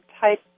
type